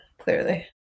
Clearly